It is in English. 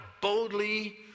boldly